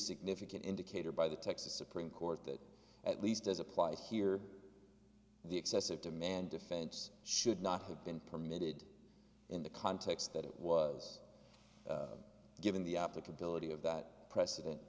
significant indicator by the texas supreme court that at least as applied here the excessive demand defense should not have been permitted in the context that it was given the applicability of that precedent